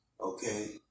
okay